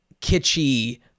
kitschy